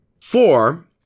four